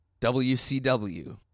WCW